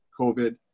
covid